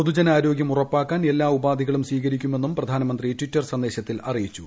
പൊതുജന ആരോഗ്യം ഉറപ്പാക്കാൻ എല്ലാ ഉപാധികളും സ്വീകരിക്കുമെന്നും പ്രധാനമന്ത്രി ട്വിറ്റർ സന്ദേശത്തിൽ അറിയിച്ചു